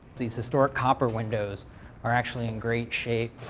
these historic copper windows are actually in great shape.